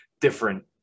different